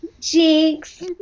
Jinx